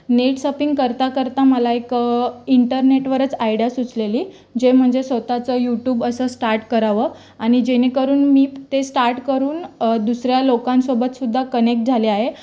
net surfing करता करता मला एक इंटरनेटवरच आयडिया सुचलेली जे म्हणजे स्वतःच यूट्यूब असं स्टार्ट करावं आणि जेणेकरून मी ते स्टार्ट करून दुसऱ्या लोकांसोबत सुद्धा कनेक्ट झाले आहे